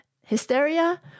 Hysteria